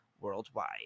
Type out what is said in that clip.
worldwide